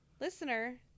Listener